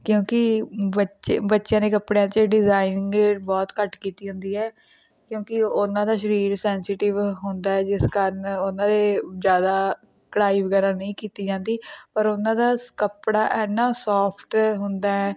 ਕਿਉਂਕਿ ਬੱਚੇ ਬੱਚਿਆਂ ਦੇ ਕੱਪੜਿਆਂ 'ਚ ਡਿਜ਼ਾਇਨਿੰਗ ਬਹੁਤ ਘੱਟ ਕੀਤੀ ਹੁੰਦੀ ਹੈ ਕਿਉਂਕਿ ਉਹਨਾਂ ਦਾ ਸਰੀਰ ਸੈਂਸਿਟਿਵ ਹੁੰਦਾ ਹੈ ਜਿਸ ਕਾਰਨ ਉਹਨਾਂ ਦੇ ਜ਼ਿਆਦਾ ਕਢਾਈ ਵਗੈਰਾ ਨਹੀਂ ਕੀਤੀ ਜਾਂਦੀ ਪਰ ਉਹਨਾਂ ਦਾ ਕੱਪੜਾ ਇੰਨਾਂ ਸੌਫਟ ਹੁੰਦਾ ਹੈ